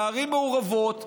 בערים מעורבות,